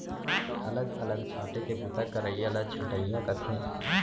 अलग अलग छांटे के बूता करइया ल छंटइया कथें